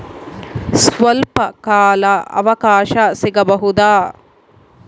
ಸ್ವಲ್ಪ ಕಾಲ ಅವಕಾಶ ಸಿಗಬಹುದಾ?